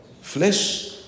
flesh